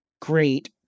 great